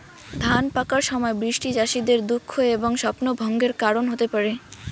ধান পাকার সময় বৃষ্টি চাষীদের দুঃখ এবং স্বপ্নভঙ্গের কারণ হতে পারে